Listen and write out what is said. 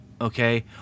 okay